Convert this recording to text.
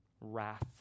wrath